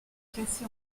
classé